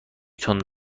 تند